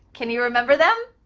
can you remember them?